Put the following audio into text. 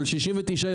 אבל 69 ימים,